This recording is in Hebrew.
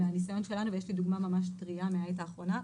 יש לי ממש דוגמה טרייה מהעת האחרונה.